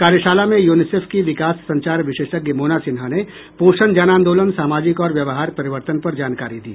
कार्यशाला में यूनिसेफ की विकास संचार विशेषज्ञ मोना सिन्हा ने पोषण जनआंदोलन सामाजिक और व्यवहार परिवर्तन पर जानकारी दी